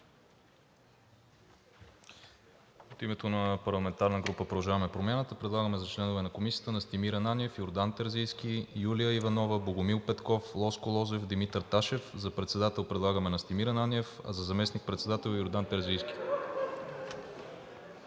От името на парламентарната група на „Продължаваме Промяната“ предлагаме за членове на Комисията: Настимир Ананиев, Йордан Терзийски, Юлия Иванова, Богомил Петков, Лозко Лозев, Димитър Ташев. За председател предлагаме Настимир Ананиев, а за заместник-председател – Йордан Терзийски.